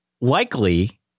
Likely